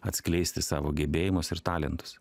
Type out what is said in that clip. atskleisti savo gebėjimus ir talentus